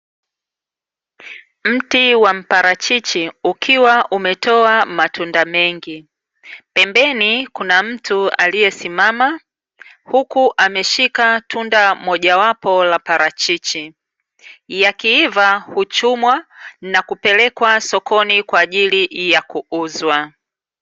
Mti wa mparachichi ukiwa umetoa matunda mengi, pembeni kuna mtu aliesimama huku ameshika tunda mojawapo la parachichi. Yakiiva huchumwa na kupelekwa sokoni kwaajili ya kuuzwa.